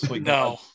No